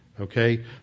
Okay